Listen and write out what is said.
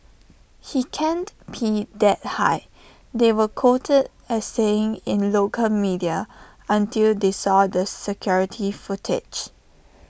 he can't pee that high they were quoted as saying in local media until they saw the security footage